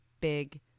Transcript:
big